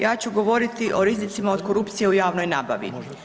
Ja ću govoriti o rizicima od korupcije u javnoj nabavi.